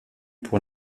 pour